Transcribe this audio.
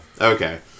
Okay